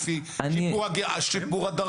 הוא עולה לפי שיפור הדרגות,